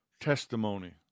testimony